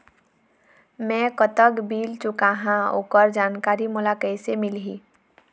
मैं कतक बिल चुकाहां ओकर जानकारी मोला कइसे मिलही?